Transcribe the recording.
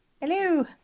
Hello